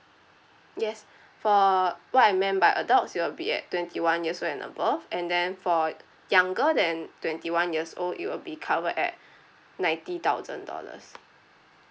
yes for what I meant by adults it will be at twenty one years old and above and then for younger than twenty one years old it will be covered at ninety thousand dollars